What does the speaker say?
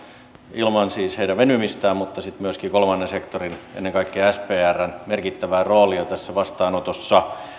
ilman heidän venymistään mutta ei sitten myöskään ilman kolmannen sektorin ennen kaikkea sprn merkittävää roolia tässä vastaanotossa